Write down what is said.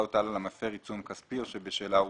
הוטל על המפר עיצום כספי או שבשלה הורשע.